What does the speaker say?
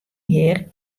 hjir